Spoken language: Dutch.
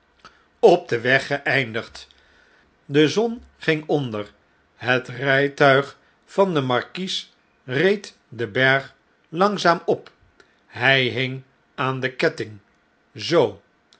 op den weg geeindigd de zon ging onder het rfjtuig van den markies reed den berg langzaam op hn hing aan den ketting zoo